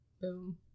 Boom